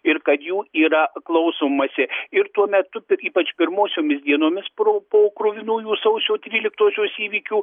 ir kad jų yra klausomasi ir tuo metu ypač pirmosiomis dienomis pro po kruvinųjų sausio tryliktosios įvykių